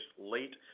late